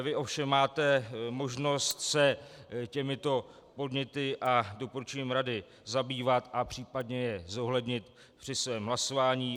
Vy ovšem máte možnost se těmito podněty a doporučením rady zabývat a případně je zohlednit při svém hlasování.